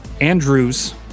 Andrews